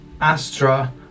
Astra